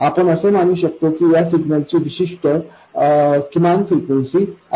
आपण असे मानू शकतो की या सिग्नलची विशिष्ट किमान फ्रिक्वेन्सी आहे